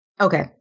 Okay